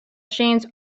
machines